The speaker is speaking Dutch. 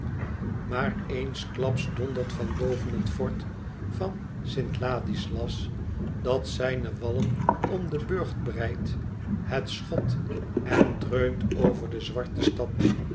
maar eensklaps dondert van boven het fort van st ladislas dat zijne wallen om den burcht breidt een schot en dreunt over de zwarte stad